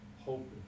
hope